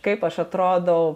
kaip aš atrodau